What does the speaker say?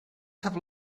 have